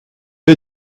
est